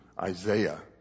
Isaiah